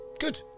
Good